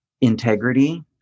Integrity